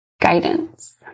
guidance